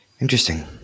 Interesting